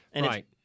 Right